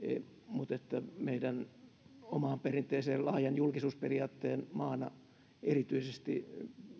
mutta meidän omaan perinteeseemme laajan julkisuusperiaatteen maana erityisesti